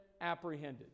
apprehended